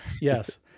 Yes